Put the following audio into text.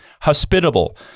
Hospitable